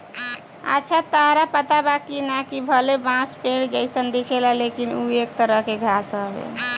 अच्छा ताहरा पता बा की ना, कि भले बांस पेड़ जइसन दिखेला लेकिन उ एक तरह के घास हवे